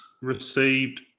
received